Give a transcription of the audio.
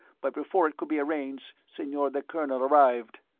but before it could be arranged senor the colonel arrived.